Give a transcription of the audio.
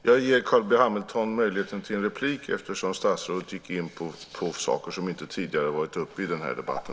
Jag ger Carl B Hamilton möjligheten till en replik eftersom statsrådet gick in på saker som inte tidigare varit uppe i debatten.